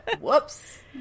Whoops